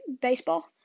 baseball